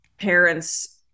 parents